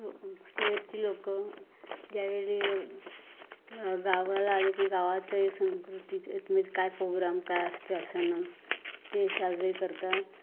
हो शहरची लोकं ज्यावेळी गावाला आले की गावाच्याही संकृतीचं किंव काय पोग्राम काय असतं असं ना ते साजरे करतात